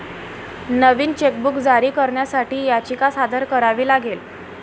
नवीन chequebook जारी करण्यासाठी याचिका सादर करावी लागेल